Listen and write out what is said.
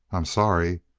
i'm sorry.